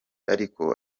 ariko